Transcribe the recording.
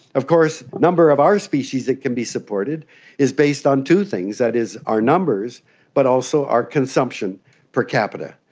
of course the number of our species that can be supported is based on two things, that is our numbers but also our consumption per capita.